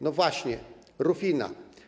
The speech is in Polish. No właśnie, Rufina.